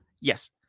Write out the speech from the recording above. Yes